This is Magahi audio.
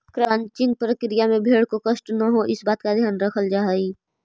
क्रचिंग प्रक्रिया में भेंड़ को कष्ट न हो, इस बात का ध्यान रखल जा हई